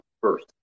first